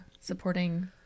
supporting